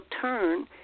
turn